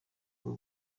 bwo